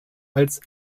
als